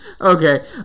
Okay